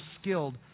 skilled